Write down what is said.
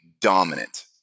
dominant